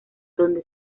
donde